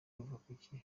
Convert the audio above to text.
ruvakuki